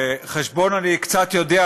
חשבון אני קצת יודע,